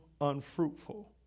unfruitful